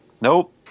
Nope